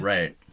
Right